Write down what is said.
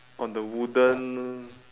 on the wooden